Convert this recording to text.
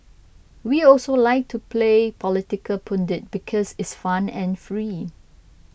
we also like to play political pundit because it's fun and free